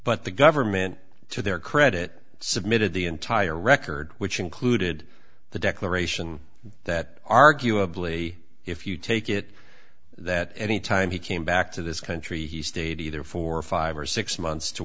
but the government to their credit submitted the entire record which included the declaration that arguably if you take it that any time he came back to this country he stayed either four or five or six months to